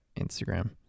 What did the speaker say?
Instagram